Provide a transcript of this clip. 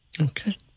Okay